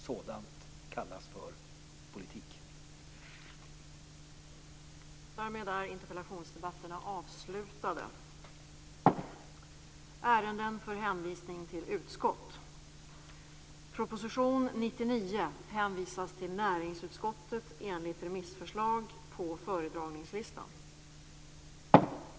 Sådant kallas för politik.